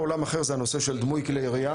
עולם אחר זה הנושא של דמוי כלי ירייה.